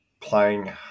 playing